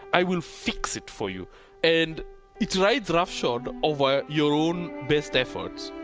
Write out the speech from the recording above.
i will fix it for you and it rides roughshod over your own best efforts